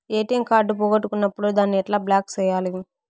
ATM card పోగొట్టుకున్నప్పుడు దాన్ని ఎట్లా బ్లాక్ సేయాలి